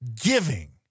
giving